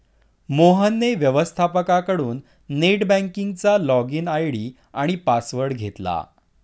मोहनने व्यवस्थपकाकडून नेट बँकिंगचा लॉगइन आय.डी आणि पासवर्ड घेतला